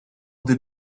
the